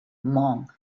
hmong